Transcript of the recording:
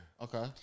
Okay